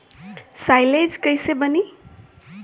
Silage कईसे बनी?